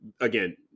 Again